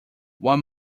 one